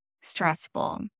stressful